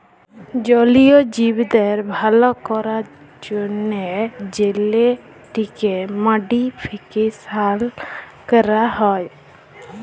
জলীয় জীবদের ভাল ক্যরার জ্যনহে জেলেটিক মডিফিকেশাল ক্যরা হয়